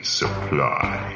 supply